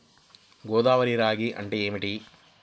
గోదావరి రాగి అంటే ఏమిటి?